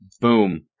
Boom